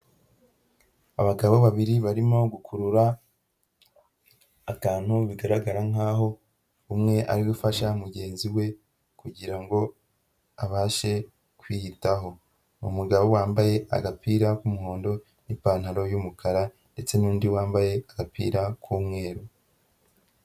Abagabo babiri barimo gukurura akantu, bigaragara nk'aho umwe ariwe ufasha mugenzi we, kugira ngo abashe kwiyitaho. Umugabo wambaye agapira k'umuhondo, n'ipantaro y'umukara, ndetse n'undi wambaye agapira k'umweru.